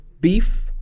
beef